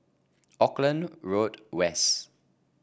Auckland Road West